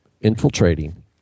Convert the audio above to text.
infiltrating